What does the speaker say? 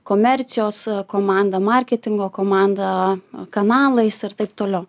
komercijos komanda marketingo komanda kanalais ir taip toliau